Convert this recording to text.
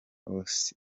osee